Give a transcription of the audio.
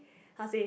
how say